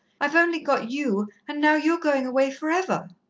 i've only got you and now you're going away for ever.